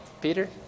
Peter